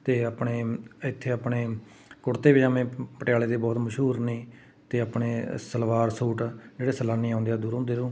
ਅਤੇ ਆਪਣੇ ਇੱਥੇ ਆਪਣੇ ਕੁੜਤੇ ਪਜਾਮੇ ਪਟਿਆਲੇ ਦੇ ਬਹੁਤ ਮਸ਼ਹੂਰ ਨੇ ਅਤੇ ਆਪਣੇ ਸਲਵਾਰ ਸੂਟ ਜਿਹੜੇ ਸੈਲਾਨੀ ਆਉਂਦੇ ਆ ਦੂਰੋਂ ਦੂਰੋਂ